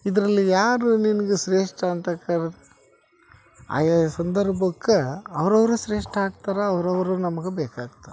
ಇದರಲ್ಲಿ ಯಾರು ನಿನ್ಗೆ ಶ್ರೇಷ್ಠ ಅಂತ ಕೇಳದ್ರೆ ಆಯಾಯ ಸಂದರ್ಭಕ್ಕೆ ಅವ್ರವರೇ ಶ್ರೇಷ್ಠ ಆಗ್ತಾರೆ ಅವ್ರವರು ನಮ್ಗೆ ಬೇಕಾಗ್ತಾರೆ